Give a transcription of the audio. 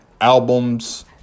albums